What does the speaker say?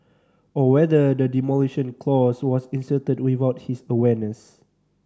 or whether the demolition clause was inserted without his awareness